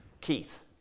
Keith